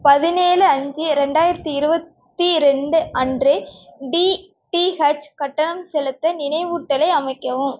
பதினேழு அஞ்சு ரெண்டாயிரத்து இருபத்தி ரெண்டு அன்று டிடிஹெச் கட்டணம் செலுத்த நினைவூட்டலை அமைக்கவும்